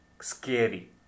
scary